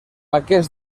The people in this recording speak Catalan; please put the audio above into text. aquests